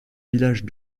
village